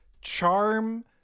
charm